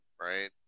right